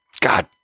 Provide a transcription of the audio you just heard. God